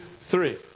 three